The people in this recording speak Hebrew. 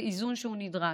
זה איזון שהוא נדרש.